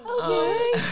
Okay